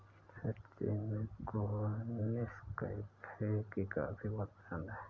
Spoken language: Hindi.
सचिन को नेस्कैफे की कॉफी बहुत पसंद है